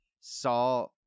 saw